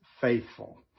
Faithful